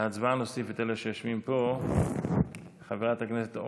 ההצעה להעביר את הנושא לוועדת החוץ והביטחון נתקבלה.